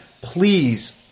please